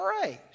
praise